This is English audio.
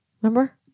Remember